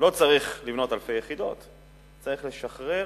לא צריך לבנות אלפי יחידות, אבל צריך לשחרר,